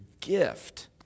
gift